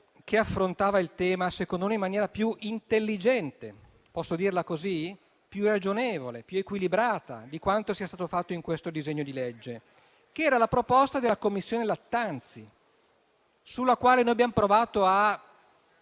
che affrontava il tema in maniera secondo me più intelligente - posso dirla così? - più ragionevole e più equilibrata di quanto sia stato fatto in questo disegno di legge. Era la proposta della Commissione Lattanzi, sulla quale abbiamo provato a